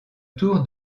tour